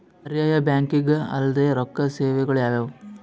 ಪರ್ಯಾಯ ಬ್ಯಾಂಕಿಂಗ್ ಅಲ್ದೇ ರೊಕ್ಕ ಸೇವೆಗಳು ಯಾವ್ಯಾವು?